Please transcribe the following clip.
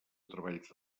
treballs